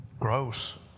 gross